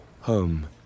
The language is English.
home